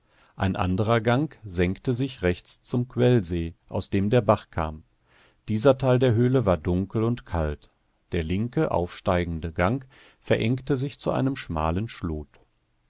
ein anderer gang senkte sich rechts zum quellsee aus dem der bach kam dieser teil der höhle war dunkel und kalt der linke aufsteigende gang verengte sich zu einem schmalen schlot